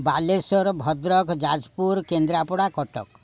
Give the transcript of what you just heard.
Balasore Bhadrak Jajpur Kendrapara Cuttack